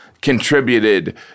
contributed